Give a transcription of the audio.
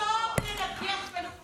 אדוני היושב-ראש, אני מוציאה ממנה אנרגיות.